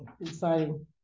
exciting